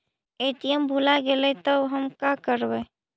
ATM भुला गेलय तब हम काकरवय?